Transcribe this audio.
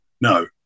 No